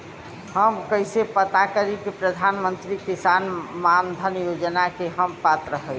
हम कइसे पता करी कि प्रधान मंत्री किसान मानधन योजना के हम पात्र हई?